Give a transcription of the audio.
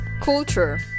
Culture